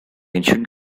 ancient